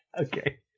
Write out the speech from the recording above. Okay